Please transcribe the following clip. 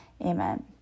Amen